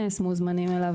מוזמנים אליו,